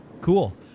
cool